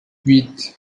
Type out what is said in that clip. huit